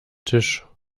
tisch